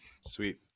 Sweet